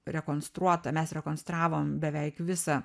rekonstruotą mes rekonstravom beveik visą